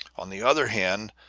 on the other hand,